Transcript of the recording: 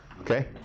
Okay